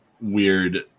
weird